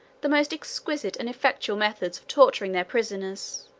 the most exquisite and effectual methods of torturing their prisoners